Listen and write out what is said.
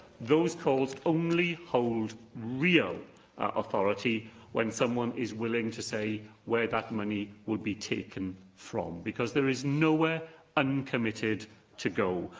those calls only hold real authority when someone is willing to say where that money would be taken from, because there is nowhere uncommitted to go.